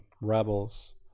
rebels